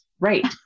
Right